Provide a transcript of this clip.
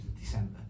December